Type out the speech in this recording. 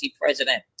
president